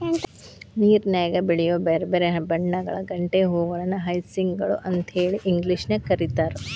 ನೇರನ್ಯಾಗ ಬೆಳಿಯೋ ಬ್ಯಾರ್ಬ್ಯಾರೇ ಬಣ್ಣಗಳ ಗಂಟೆ ಹೂಗಳನ್ನ ಹಯಸಿಂತ್ ಗಳು ಅಂತೇಳಿ ಇಂಗ್ಲೇಷನ್ಯಾಗ್ ಕರೇತಾರ